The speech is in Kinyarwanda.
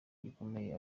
gikomereye